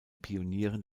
pionieren